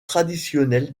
traditionnel